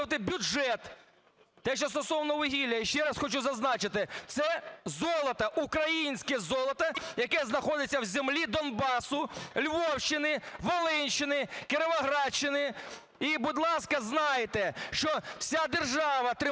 будь ласка, знайте, що вся держава трималася